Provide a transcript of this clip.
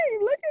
look